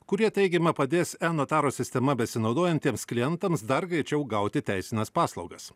kurie teigiama padės notaro sistema besinaudojantiems klientams dar greičiau gauti teisines paslaugas